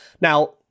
Now